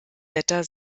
wetter